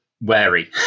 wary